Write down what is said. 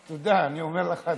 תודה, אני אומר לך תודה,